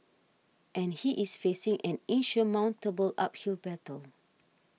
and he is facing an insurmountable uphill battle